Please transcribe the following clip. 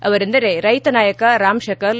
ಅವರೆಂದರೆ ರೈತ ನಾಯಕ ರಾಮ್ ಶಕಲ್